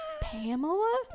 Pamela